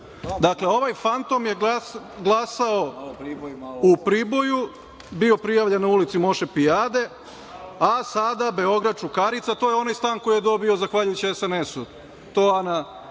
Dakle, ovaj fantom je glasao u Priboju, bio prijavljen u ulici Moše Pijade, a sada Beorad Čukarica. To je onaj stan koji je dobio zahvaljujući SNS. To, Ana,